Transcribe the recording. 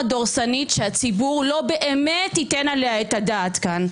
דורסנית שהציבור לא באמת ייתן עליה את הדעת כאן.